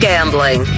Gambling